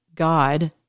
God